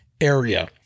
area